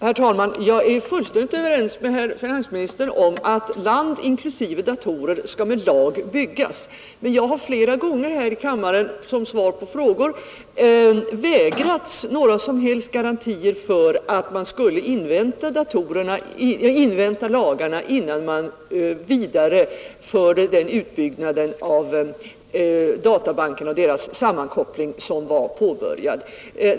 Herr talman! Jag är fullständigt överens med herr finansministern om att land, inklusive datorer, skall med lag byggas, men jag har flera gånger här i kammaren i svar på frågor vägrats några som helst garantier för att man skulle invänta lagarna innan man vidareförde den utbyggnad av databankerna och deras sammankoppling som var påbörjad.